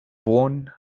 won